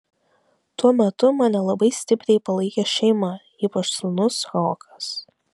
tuo metu mane labai stipriai palaikė šeima ypač sūnus rokas